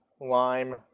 lime